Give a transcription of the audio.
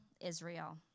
Israel